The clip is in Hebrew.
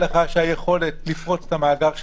היכולת לפרוץ את המאגר שלכם,